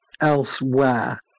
elsewhere